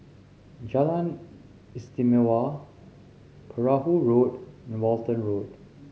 Jalan Istimewa Perahu Road and Walton Road